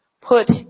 put